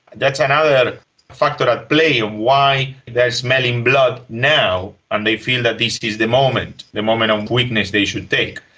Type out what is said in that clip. that's another factor at play and why they are smelling blood now and they feel that this is the moment, the moment of weakness they should take.